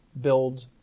build